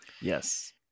Yes